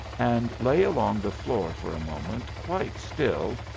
and lay along the floor for a moment quite still,